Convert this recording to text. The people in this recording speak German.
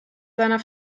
seiner